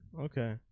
Okay